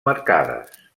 marcades